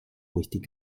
richtig